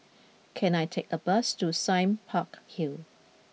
can I take a bus to Sime Park Hill